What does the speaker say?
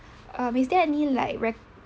um is there any like rec~